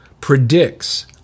predicts